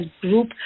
group